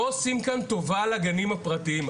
לא עושים כאן טובה לגנים הפרטיים.